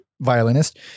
violinist